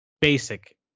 basic